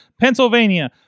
Pennsylvania